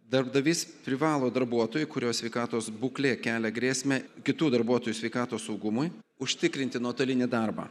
darbdavys privalo darbuotojui kurio sveikatos būklė kelia grėsmę kitų darbuotojų sveikatos saugumui užtikrinti nuotolinį darbą